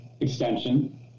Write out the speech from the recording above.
extension